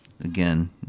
again